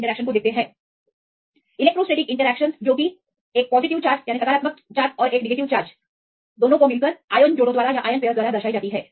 फिर हम electrostatic interaction देखते हैं तो आप सकारात्मक चार्ज और नकारात्मक चार्ज के बीच सीमित संख्या में आयन जोड़े देख सकते हैं